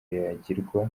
yagirwa